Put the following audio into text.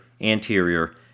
anterior